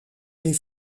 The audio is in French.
les